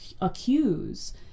accuse